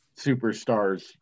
superstars